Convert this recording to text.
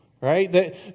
right